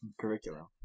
curriculum